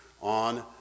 on